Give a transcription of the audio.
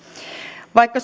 vaikka